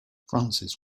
francis